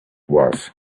was